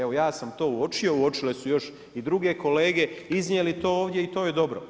Evo ja sam to uočio, uočile su još i druge kolege, iznijeli to ovdje i to je dobro.